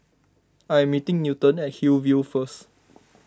I am meeting Newton at Hillview first